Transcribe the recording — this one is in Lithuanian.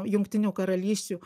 jungtinių karalysčių